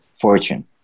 fortune